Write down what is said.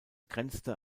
grenzte